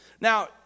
Now